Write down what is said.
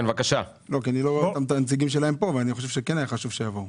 אני חושב שהיה חשוב שהם יבואו.